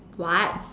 what